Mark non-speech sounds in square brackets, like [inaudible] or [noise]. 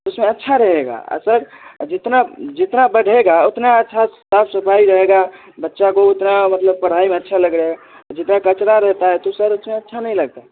उसमें अच्छा रहेगा आ सर जितना जितना बढ़ेगा उतना अच्छा साफ सफाई रहेगा बच्चा को उतना मतलब पढ़ाई में अच्छा लगे [unintelligible] जितना कचरा रहता है तो सर उसमें अच्छा नहीं लगता